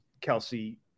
kelsey